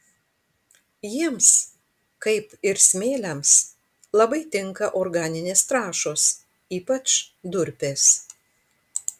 jiems kaip ir smėliams labai tinka organinės trąšos ypač durpės